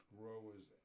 Growers